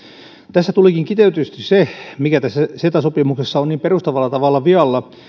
tässä tulikin kiteytetysti se mikä tässä ceta sopimuksessa on niin perustavalla tavalla vialla